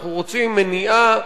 אנחנו רוצים מניעה,